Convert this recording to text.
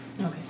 Okay